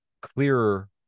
clearer